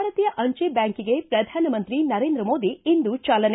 ಭಾರತೀಯ ಅಂಚೆ ಬ್ಯಾಂಕಿಗೆ ಪ್ರಧಾನಮಂತ್ರಿ ನರೇಂದ್ರ ಮೋದಿ ಇಂದು ಚಾಲನೆ